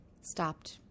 stopped